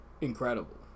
incredible